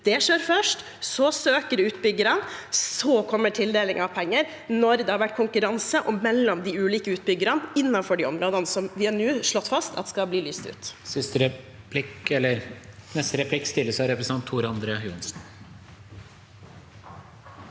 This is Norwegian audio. Det skjer først, så søker utbyggerne, og så kommer tildelingen av penger når det har vært konkurranse mellom de ulike utbyggerne, innenfor de områdene som vi nå har slått fast at skal bygges ut.